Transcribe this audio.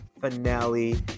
finale